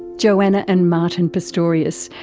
joanna and martin pistorious,